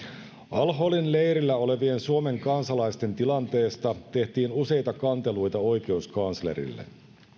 al holin leirillä olevien suomen kansalaisten tilanteesta tehtiin useita kanteluita oikeuskanslerille